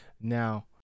Now